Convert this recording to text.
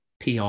PR